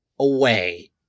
Away